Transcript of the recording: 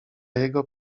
jego